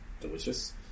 delicious